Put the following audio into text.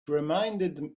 reminded